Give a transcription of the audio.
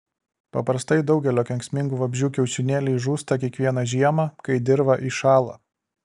paprastai daugelio kenksmingų vabzdžių kiaušinėliai žūsta kiekvieną žiemą kai dirva įšąla